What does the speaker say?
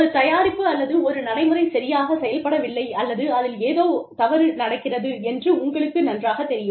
ஒரு தயாரிப்பு அல்லது ஒரு நடைமுறை சரியாகச் செயல்படவில்லை அல்லது அதில் ஏதோ தவறு நடக்கிறது என்று உங்களுக்கு நன்றாகத் தெரியும்